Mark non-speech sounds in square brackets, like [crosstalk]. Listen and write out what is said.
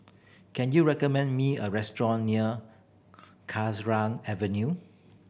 can you recommend me a restaurant near [unintelligible] Avenue